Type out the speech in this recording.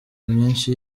myinshi